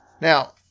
Now